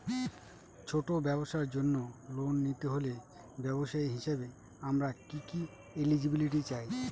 ছোট ব্যবসার জন্য লোন নিতে হলে ব্যবসায়ী হিসেবে আমার কি কি এলিজিবিলিটি চাই?